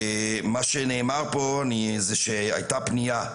מה שנאמר פה זה שהייתה פנייה,